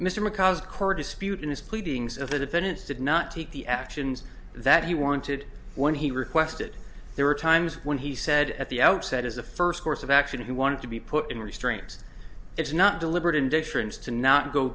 did not take the actions that he wanted when he requested there were times when he said at the outset as a first course of action he wanted to be put in restraints it's not deliberate indifference to not go